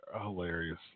Hilarious